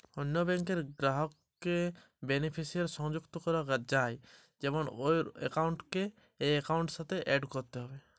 অন্য ব্যাংক র গ্রাহক কে কিভাবে বেনিফিসিয়ারি তে সংযুক্ত করবো?